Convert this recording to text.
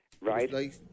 Right